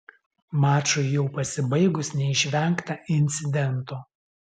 mačui jau pasibaigus neišvengta incidento